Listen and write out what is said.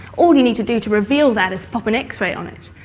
all you need to do to reveal that is pop an x-ray on it.